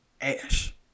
ash